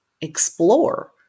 explore